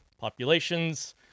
populations